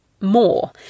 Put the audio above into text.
more